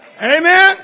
Amen